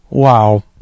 Wow